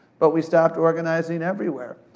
but we stopped organizing everywhere.